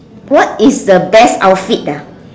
what is the best outfit ah